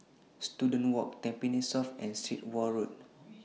Students Walk Tampines South and Sit Wah Road